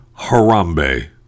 Harambe